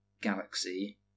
galaxy